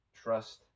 Trust